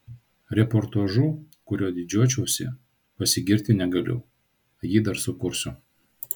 reportažu kuriuo didžiuočiausi pasigirti negaliu jį dar sukursiu